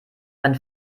mein